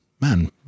man